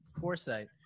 foresight